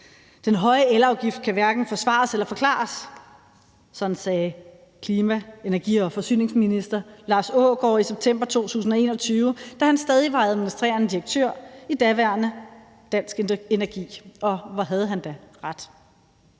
»Den høje elafgift kan hverken forsvares eller forklares«. Sådan sagde klima-, energi- og forsyningsministeren i september 2021, da han stadig var administrerende direktør i det daværende Dansk Energi – og hvor havde han da ret.